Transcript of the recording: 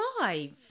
live